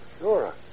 Sure